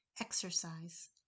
exercise